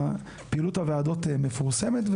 פעילות הוועדות מפורסמת,